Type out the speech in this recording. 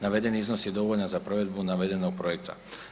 Navedeni iznos dovoljan za provedbu navedenog projekta.